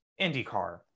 IndyCar